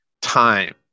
time